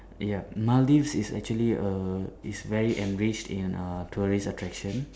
ya Maldives is actually a is very enriched in uh tourist attraction